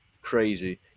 crazy